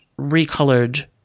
recolored